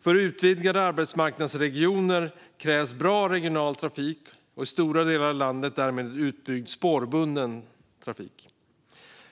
För utvidgade arbetsmarknadsregioner krävs bra regional trafik, och i stora delar av landet krävs därmed utbyggd spårbunden trafik.